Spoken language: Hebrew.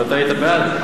ואתה היית בעד?